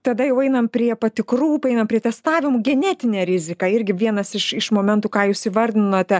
tada jau einam prie patikrų paeinam prie testavimų genetinė rizika irgi vienas iš iš momentų ką jūs įvardinote